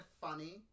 funny